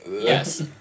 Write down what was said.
Yes